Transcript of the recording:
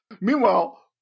meanwhile